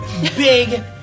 Big